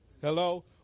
Hello